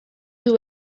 you